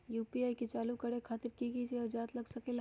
UPI के चालु करे खातीर कि की कागज़ात लग सकेला?